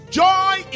joy